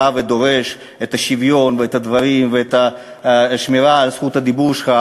בא ודורש את השוויון ואת הדברים ואת השמירה על זכות הדיבור שלך,